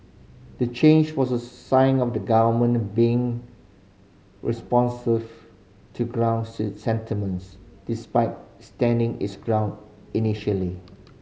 the change was a sign of the government being responsive to ground sentiments despite standing its ground initially